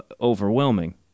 overwhelming